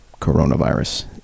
coronavirus